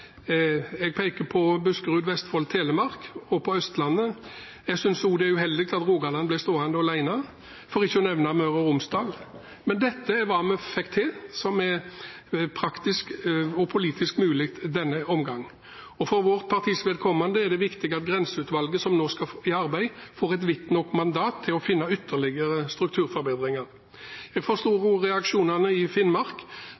Jeg peker på Buskerud/Vestfold/Telemark og på Østlandet. Jeg synes også det er uheldig at Rogaland blir stående alene, for ikke å nevne Møre og Romsdal, men dette er hva vi fikk til som er praktisk og politisk mulig i denne omgang. For vårt partis vedkommende er det viktig at grenseutvalget som nå skal i arbeid, får et vidt nok mandat til å finne ytterligere strukturforbedringer. Jeg forstår